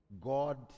God